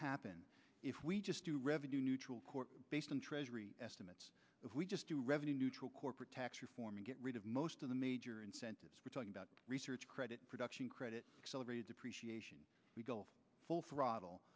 happen if we just do revenue neutral court based on treasury estimates if we just do revenue neutral corporate tax reform and get rid of most of the major incentives we're talking about research credit production credit salary depreciation we go full throttle